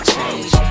change